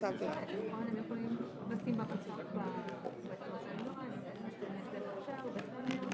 רואה בנושא הזה נושא בעל חשיבות גדולה מאוד.